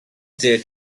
their